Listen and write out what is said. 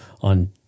On